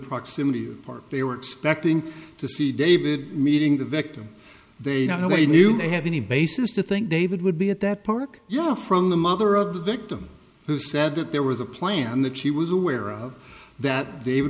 proximity part they were expecting to see david meeting the victim they don't know they knew they have any basis to think david would be at that park you know from the mother of the victim who said that there was a plan that she was aware of that david